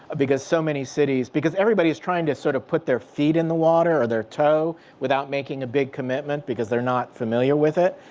because so many cities, because everybody's trying to sort of put their feet in the water or their toe without making a big commitment. because they're not familiar with it.